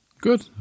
good